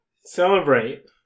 Celebrate